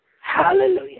Hallelujah